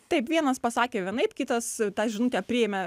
taip vienas pasakė vienaip kitas tą žinutę priėmė